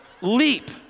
Leap